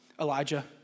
Elijah